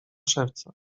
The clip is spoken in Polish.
szewca